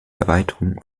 erweiterung